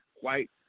white